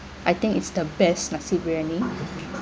I think it's the best nasi briyani